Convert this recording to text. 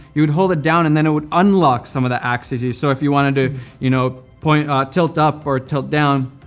you would hold it down, and then it would unlock some of the axes. so if you wanted to you know ah tilt up or tilt down,